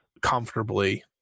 comfortably